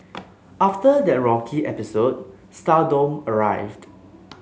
after that rocky episode stardom arrived